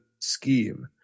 scheme